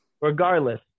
regardless